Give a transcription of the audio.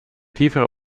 tiefere